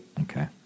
Okay